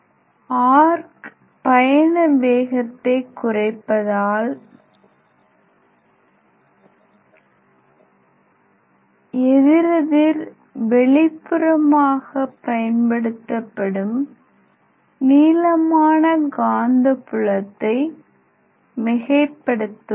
arc பயண வேகத்தை குறைப்பதால் எதிரெதிர் வெளிப்புறமாக பயன்படுத்தப்படும் நீளமான காந்தப்புலத்தை மிகைப்படுத்துவதால்